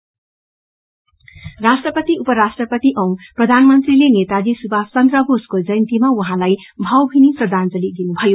tribute राष्ट्रपति उपराष्ट्रपति औ प्रधानमंत्रीले नेताजी सुभाष चन्द्र बोसको जयन्तीमा उहाँलाई भावभिनी श्रदाजंली दिनुभयो